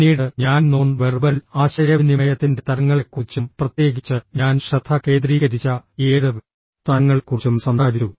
പിന്നീട് ഞാൻ non verbal ആശയവിനിമയത്തിന്റെ തരങ്ങളെക്കുറിച്ചും പ്രത്യേകിച്ച് ഞാൻ ശ്രദ്ധ കേന്ദ്രീകരിച്ച ഏഴ് തരങ്ങളെക്കുറിച്ചും സംസാരിച്ചു